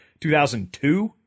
2002